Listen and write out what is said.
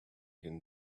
can